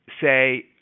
say